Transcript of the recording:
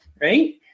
right